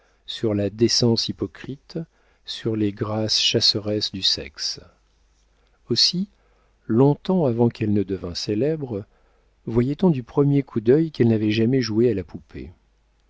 sur la décence hypocrite sur les grâces chasseresses du sexe aussi longtemps avant qu'elle devînt célèbre voyait-on du premier coup d'œil qu'elle n'avait jamais joué à la poupée